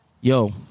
Yo